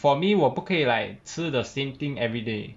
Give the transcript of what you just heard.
for me 我不可以 like 吃 the same thing everyday